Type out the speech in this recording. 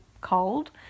cold